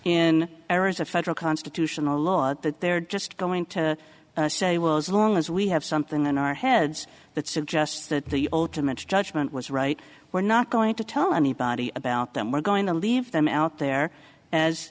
errors of federal constitutional law that they're just going to say well as long as we have something in our heads that suggests that the ultimate judgment was right we're not going to tell anybody about them we're going to leave them out there as